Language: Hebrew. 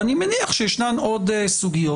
ואני מניח שישנן עוד סוגיות.